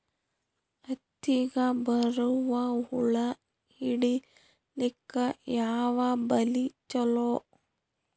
ಹತ್ತಿಗ ಬರುವ ಹುಳ ಹಿಡೀಲಿಕ ಯಾವ ಬಲಿ ಚಲೋ?